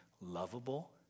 lovable